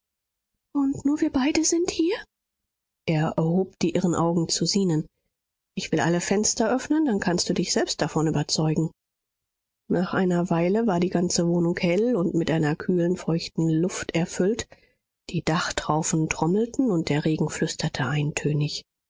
und nur wir beide sind hier er erhob die irren augen zu zenon ich will alle fenster öffnen dann kannst du dich selbst davon überzeugen nach einer weile war die ganze wohnung hell und mit einer kühlen feuchten luft erfüllt die dachtraufen trommelten und der regen flüsterte eintönig